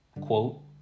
quote